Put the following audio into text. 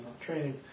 training